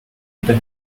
wieder